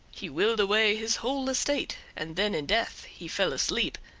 he willed away his whole estate, and then in death he fell asleep,